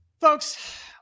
folks